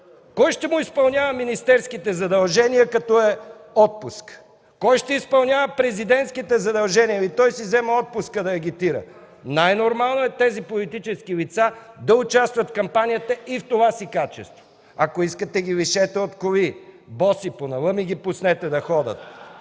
кой ще му изпълнява министерските задължения, като е в отпуск? Кой ще изпълнява президентските задължения, или той си взема отпуск да агитира? Най-нормално е тези политически лица да участват в кампанията и в това си качество. Ако искате, лишете ги от коли, боси, по налъми ги пуснете да ходят